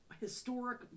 historic